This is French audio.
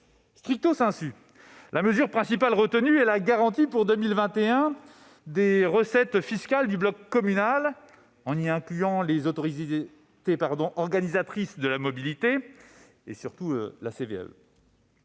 principale mesure retenue est la garantie pour 2021 des recettes fiscales du bloc communal, en y incluant les autorités organisatrices de la mobilité (AOM) et surtout la CVAE.